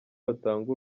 batanga